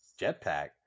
jetpack